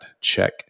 Check